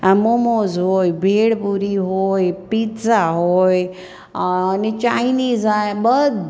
આ મોમોઝ હોય ભેળ પૂરી હોય પીઝા હોય અને ચાઇનીઝ આવે બધુ